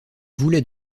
voulaient